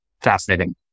Fascinating